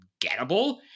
gettable